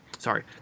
Sorry